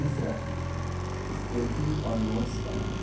تیسرا اسکیچنگ اور نوٹس بنانا